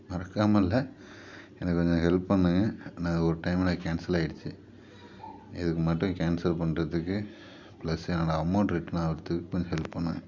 மறக்காமல் இல்லை எனக்கு கொஞ்சம் ஹெல்ப் பண்ணுங்கள் ஏன்னால் ஒரு டைம் எனக்கு கேன்சல் ஆயிடுச்சு இதுக்கு மட்டும் கேன்சல் பண்ணுறதுக்கு ப்ளஸ் என்னோடய அமௌண்ட் ரிட்டன் ஆகுறதுக்கு கொஞ்சோம் ஹெல்ப் பண்ணுங்கள்